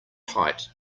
tight